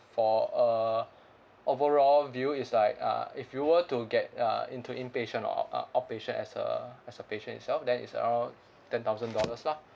for uh overall view is like uh if you were to get uh into inpatient or uh outpatient as a as a patient itself then is around ten thousand dollars lah